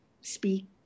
speak